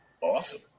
Awesome